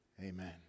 Amen